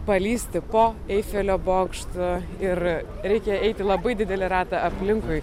palįsti po eifelio bokštu ir reikia eiti labai didelį ratą aplinkui